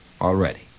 already